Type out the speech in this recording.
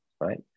right